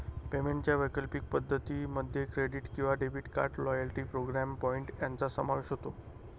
पेमेंटच्या वैकल्पिक पद्धतीं मध्ये क्रेडिट किंवा debit card, loyalty program point यांचा समावेश होतो